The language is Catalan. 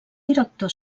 director